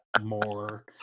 more